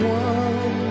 one